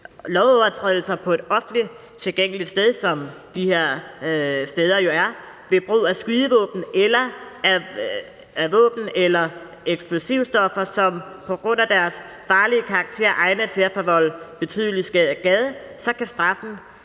lovovertrædelser på offentligt tilgængeligt sted ved brug af skydevåben eller af våben eller eksplosivstoffer, som på grund af deres særdeles farlige karakter er egnet til at forvolde betydelig skade, jf. § 192 a, stk.